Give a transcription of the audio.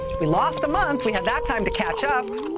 we lost a month. we had that time to catch up.